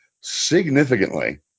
significantly